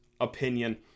opinion